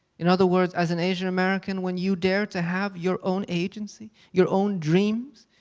in other words, as an asian american, when you dare to have your own agency, your own dreams,